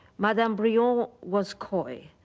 madame brillon was coy.